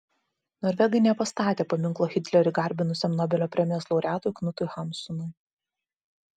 norvegai nepastatė paminklo hitlerį garbinusiam nobelio premijos laureatui knutui hamsunui